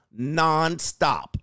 nonstop